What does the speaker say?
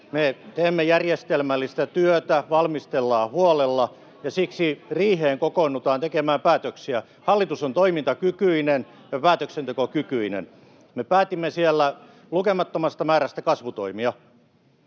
me teemme järjestelmällistä työtä, valmistellaan huolella, ja siksi riiheen kokoonnutaan tekemään päätöksiä. Hallitus on toimintakykyinen ja päätöksentekokykyinen. Me päätimme siellä lukemattomasta määrästä kasvutoimia.